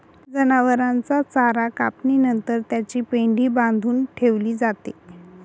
जनावरांचा चारा कापणी नंतर त्याची पेंढी बांधून ठेवली जाते